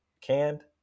canned